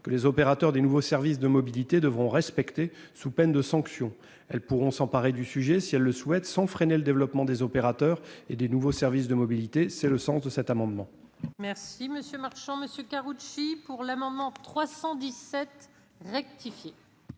que les opérateurs des nouveaux services de mobilité devront respecter sous peine de sanctions. Elles pourront s'emparer du sujet, si elles le souhaitent, sans freiner le développement des opérateurs et des nouveaux services de mobilité. Tel est le sens de cet amendement. L'amendement n° 317 rectifié,